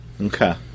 Okay